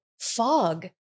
fog